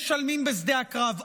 משלמים בשדה הקרב.